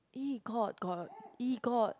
!ee! got got !ee! got